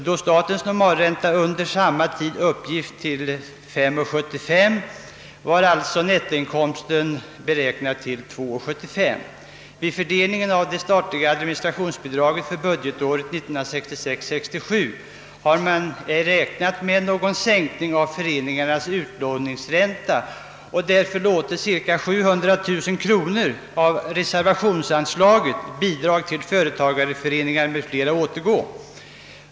Då statens normalränta under samma tid uppgick till 5,75 procent var alltså nettoränteinkomsten beräknad till 2,75 procent. Vid fördelningen av det statliga administrationsbidraget för budgetåret 1966/67 har man ej räknat med någon sänkning av föreningarnas utlåningsränta och därför låtit cirka 700 000 kronor av reserva tionsanslaget Bidrag till företagareföreningar m.fl. återgå.